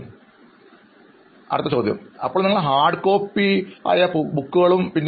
അഭിമുഖം നടത്തുന്നയാൾ അപ്പോൾ നിങ്ങൾ ഹാർഡ്കോപ്പി ആയ ബുക്കുകളും പിന്നെ